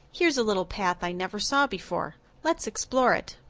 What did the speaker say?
here's a little path i never saw before. let's explore it.